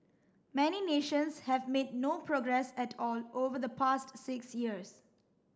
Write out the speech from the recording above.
many nations have made no progress at all over the past six years